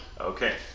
Okay